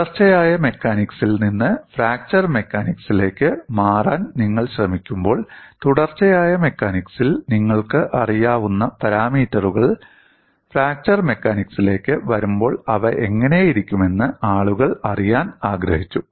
തുടർച്ചയായ മെക്കാനിക്സിൽ നിന്ന് ഫ്രാക്ചർ മെക്കാനിക്സിലേക്ക് മാറാൻ നിങ്ങൾ ശ്രമിക്കുമ്പോൾ തുടർച്ചയായ മെക്കാനിക്സിൽ നിങ്ങൾക്ക് അറിയാവുന്ന പാരാമീറ്ററുകൾ ഫ്രാക്ചർ മെക്കാനിക്സിലേക്ക് വരുമ്പോൾ അവ എങ്ങനെയിരിക്കുമെന്ന് ആളുകൾ അറിയാൻ ആഗ്രഹിച്ചു